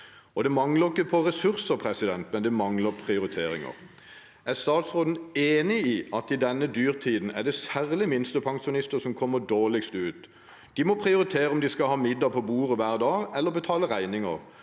Det mangler ikke på ressurser, men det mangler prioriteringer. Er statsråden enig i at i denne dyrtiden er det særlig minstepensjonistene som kommer dårligst ut – de må prioritere om de skal ha middag på bordet hver dag, eller betale regninger